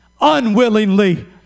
unwillingly